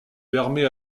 permet